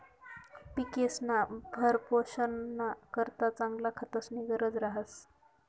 पिकेस्ना भरणपोषणना करता चांगला खतस्नी गरज रहास